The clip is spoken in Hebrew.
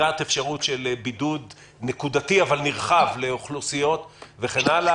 לקראת אפשרות של בידוד נקודתי אבל נרחב לאוכלוסיות וכן הלאה.